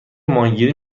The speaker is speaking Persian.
ماهیگیری